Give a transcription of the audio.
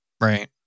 Right